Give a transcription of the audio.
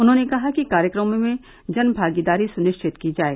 उन्होंने कहा कि कार्यक्रमों में जनभागीदारी सुनिश्चित की जाये